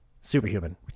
Superhuman